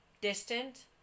distant